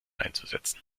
einzusetzen